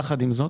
יחד עם זאת,